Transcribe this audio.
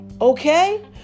okay